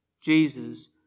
Jesus